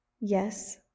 Yes